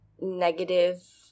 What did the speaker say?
negative